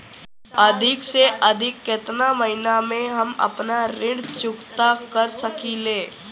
अधिक से अधिक केतना महीना में हम आपन ऋण चुकता कर सकी ले?